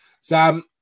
Sam